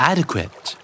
Adequate